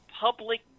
public